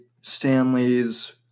Stanley's